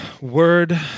word